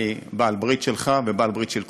אני בעל-ברית שלך ובעל-ברית של כולם.